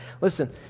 Listen